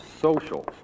social